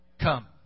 come